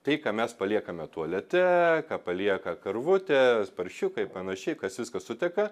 tai ką mes paliekame tualete ką palieka karvutės paršiukai panašiai kas viskas suteka